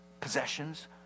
possessions